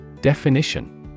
Definition